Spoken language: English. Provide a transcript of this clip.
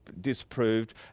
disproved